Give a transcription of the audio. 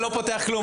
אני לא פותח כלום .